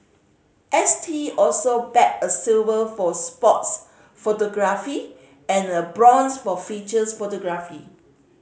S T also bagged a silver for sports photography and a bronze for features photography